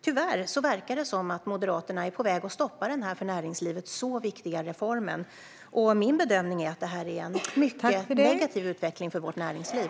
Tyvärr verkar det som om Moderaterna är på väg att stoppa den här för näringslivet så viktiga reformen, och min bedömning är att det innebär en mycket negativ utveckling för vårt näringsliv.